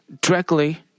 directly